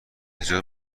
زیاد